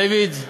דייוויד.